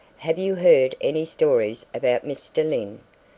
have you heard any stories about mr. lyne?